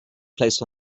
placed